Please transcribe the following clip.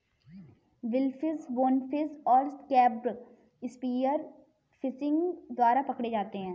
billfish, bonefish और crab spear fishing द्वारा पकड़े जाते हैं